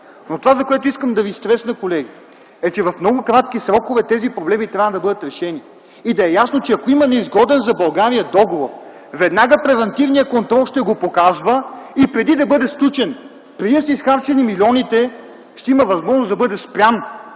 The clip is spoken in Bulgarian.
Това, за което искам да ви стресна, колеги, е, че в много кратки срокове тези проблеми трябва да бъдат решени и да е ясно, че ако има неизгоден за България договор, веднага превантивният контрол ще го показва и преди да бъде сключен, преди да са изхарчени милионите, ще има възможност да бъде спрян,